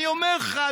אני אומר לך,